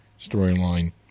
storyline